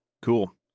Cool